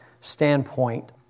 standpoint